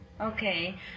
Okay